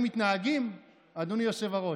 גביר,